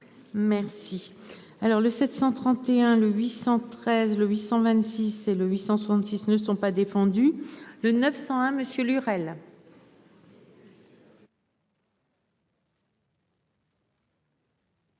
Merci. Alors le 731 le 813 le 826 et le 866 ne sont pas défendus le 901 Monsieur